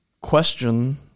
question